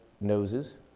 noses